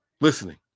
listening